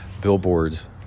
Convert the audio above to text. billboards